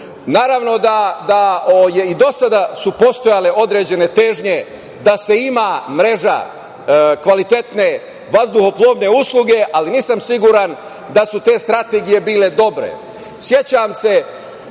Naravno da su i do sada postojale određene težnje da se ima mreža kvalitetne vazduhoplovne usluge, ali nisam siguran da su te strategije bile dobre.Sećam